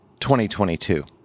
2022